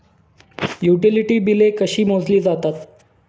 Utility बिले कशी मोजली जातात?